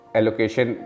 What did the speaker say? Allocation